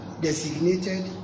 designated